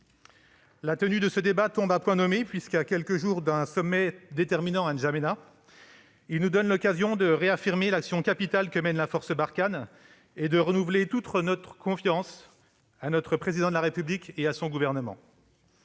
La tenue de ce débat tombe à point nommé, puisqu'il se déroule à quelques jours d'un sommet déterminant à N'Djamena. Il nous donne l'occasion de réaffirmer l'action capitale que mène la force Barkhane et de renouveler toute notre confiance au Président de la République et à son gouvernement.